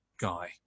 guy